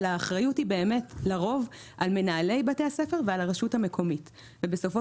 אבל האחריות היא לרוב על מנהלי בתי הספר ועל הרשות המקומית ובסופו